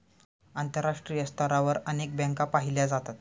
आंतरराष्ट्रीय स्तरावर अनेक बँका पाहिल्या जातात